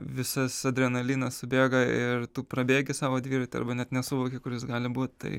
visas adrenalinas subėga ir tu prabėgi savo dviratį arba net nesuvoki kur jis gali būt tai